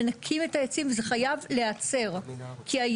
מנקים את העצים וזה חייב להיעצר.